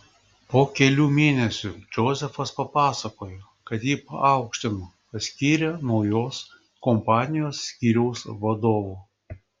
po kelių mėnesių džozefas papasakojo kad jį paaukštino paskyrė naujos kompanijos skyriaus vadovu